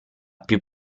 più